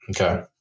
Okay